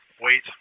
wait